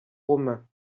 romain